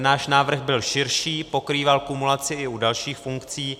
Náš návrh byl širší, pokrýval kumulaci i u dalších funkcí.